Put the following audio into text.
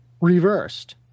reversed